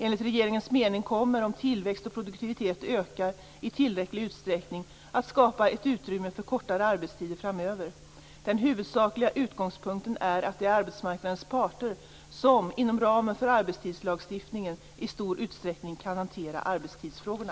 Enligt regeringens mening kommer, om tillväxt och produktivitet ökar i tillräcklig utsträckning, ett utrymme att skapas för kortare arbetstider framöver. Den huvudsakliga utgångspunkten är att det är arbetsmarknadens parter som, inom ramen för arbetstidslagstiftningen, i stor utsträckning skall hantera arbetstidsfrågorna.